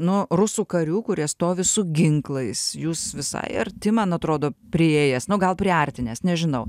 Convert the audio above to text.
nu rusų karių kurie stovi su ginklais jūs visai arti man atrodo priėjęs nu gal priartinęs nežinau